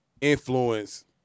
influence